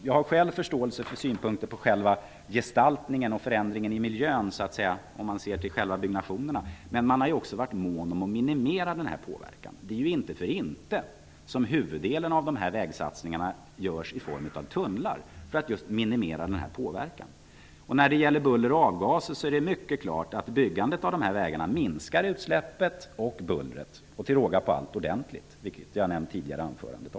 Jag har själv förståelse för synpunkter på själva gestaltningen och förändringen i miljön -- om man ser till själva byggnationerna -- men man har ju också varit mån om att minimera denna påverkan. Det är ju inte för inte som huvuddelen av dessa vägsatsningar görs i form av tunnlar. Det är för att minimera miljöpåverkan. När det gäller buller och avgaser är det klart att byggandet av dessa vägar minskar utsläppen och bullret -- till råga på allt ordentligt -- vilket jag nämnt tidigare i anförandet.